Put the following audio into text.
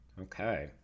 Okay